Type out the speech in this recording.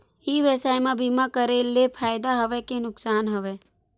ई व्यवसाय म बीमा करे ले फ़ायदा हवय के नुकसान हवय?